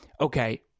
Okay